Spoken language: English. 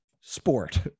sport